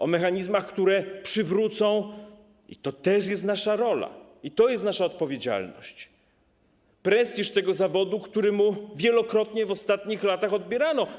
O mechanizmach, które przywrócą - i to też jest nasza rola, i to jest nasza odpowiedzialność - prestiż tego zawodu, który mu wielokrotnie w ostatnich latach odbierano.